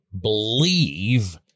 believe